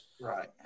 Right